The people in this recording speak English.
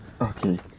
Okay